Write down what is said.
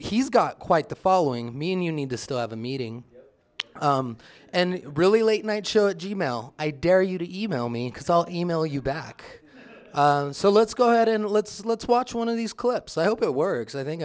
he's got quite the following mean you need to still have a meeting and really late night show i dare you to e mail me because all e mail you back so let's go ahead and let's let's watch one of these clips i hope it works i think